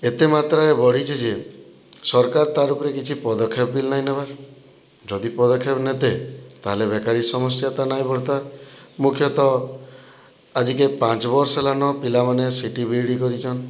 ଏତେ ମାତ୍ରାରେ ବଢ଼ିଚି ଯେ ସରକାର୍ ତାର୍ ଉପ୍ରେ କିଛି ପଦକ୍ଷେପ ବି ନାଇଁ ନେବାର୍ ଯଦି ପଦକ୍ଷେପ ନେତେ ତାହେଲେ ବେକାରୀ ସମସ୍ୟା ତ ନାଇଁ ବଢ଼୍ତା ମୁଖ୍ୟତଃ ଆଜିକେ ପାଞ୍ଚ୍ ବର୍ଷ ହେଲାନ ପିଲାମାନେ C T B E D କରିଚନ୍